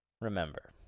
remember